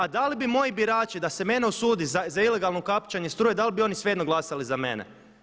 A da li bi moji birači da se mene osudi za ilegalno ukapčanje struje da li bi oni svejedno glasali za mene?